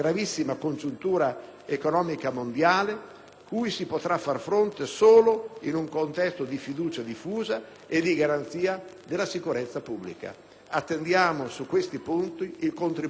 cui si potrà far fronte solo in un contesto di fiducia diffusa e di garanzia della sicurezza pubblica. Attendiamo su questi punti il contributo fattivo delle opposizioni.